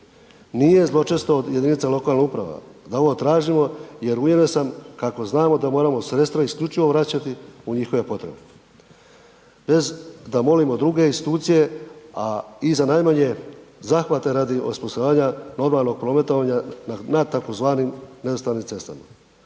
Nije zločesto od jedinica lokalnih uprava da ovo tražimo jer uvjeren sam kako znamo da moramo sredstva isključivo vraćati u njihove potrebe bez da molimo druge institucije a i za najmanje zahvate radi osposobljavanja normalnog prometovanja na tzv. nerazvrstanim cestama.